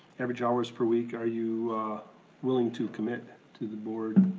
average hours per week, are you willing to commit to the board's